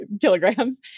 Kilograms